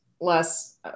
less